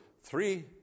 three